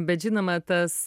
bet žinoma tas